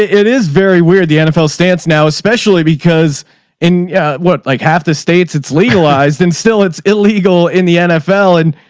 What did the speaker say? it is very weird. the nfl stance now, especially because in yeah what, like half the states it's legalized and still it's illegal in the nfl and,